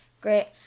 great